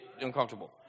uncomfortable